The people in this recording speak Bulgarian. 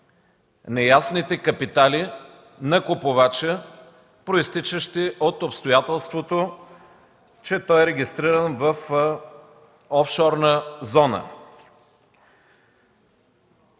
неясните капитали на купувача, произтичащи от обстоятелството, че той е регистриран в офшорна зона.